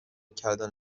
کردن